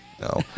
No